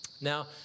Now